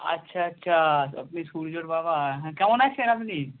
আচ্ছা আচ্ছা আপনি সূর্যর বাবা হ্যাঁ কেমন আছেন আপনি